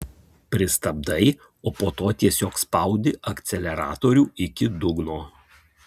pristabdai o po to tiesiog spaudi akceleratorių iki dugno